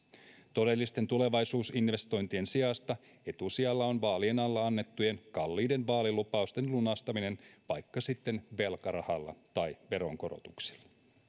todellisten tulevaisuusinvestointien sijasta etusijalla on vaalien alla annettujen kalliiden vaalilupausten lunastaminen vaikka sitten velkarahalla tai veronkorotuksilla